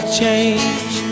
change